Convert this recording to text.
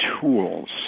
tools